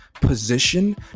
position